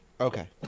Okay